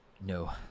No